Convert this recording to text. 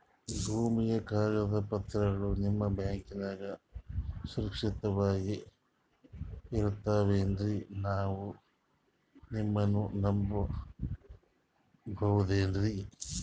ಭೂಮಿಯ ಕಾಗದ ಪತ್ರಗಳು ನಿಮ್ಮ ಬ್ಯಾಂಕನಾಗ ಸುರಕ್ಷಿತವಾಗಿ ಇರತಾವೇನ್ರಿ ನಾವು ನಿಮ್ಮನ್ನ ನಮ್ ಬಬಹುದೇನ್ರಿ?